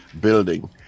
building